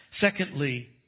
Secondly